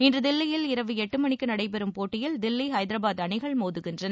இன்று தில்லியில் இரவு எட்டு மணிக்கு நடைபெறும் போட்டியில் தில்லி ஹைதராபாத் அணிகள் மோதுகின்றன